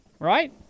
right